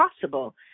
possible